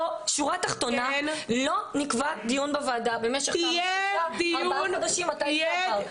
השורה התחתונה היא שלא נקבע דיון בוועדה במשך ארבעה חודשים מאז שזה עבר.